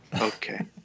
Okay